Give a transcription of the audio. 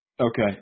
Okay